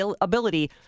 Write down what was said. ability